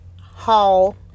Hall